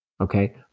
Okay